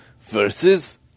versus